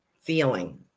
feeling